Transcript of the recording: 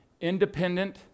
independent